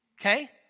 okay